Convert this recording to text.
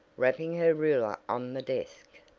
rapping her ruler on the desk.